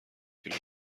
کیلو